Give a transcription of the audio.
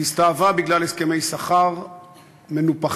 היא הסתאבה בגלל הסכמי שכר מנופחים